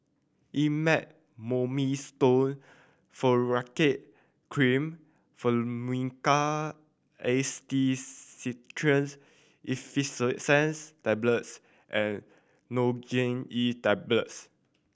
Elomet Mometasone Furoate Cream Tablets and Nurogen E Tablets